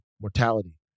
mortality